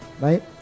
right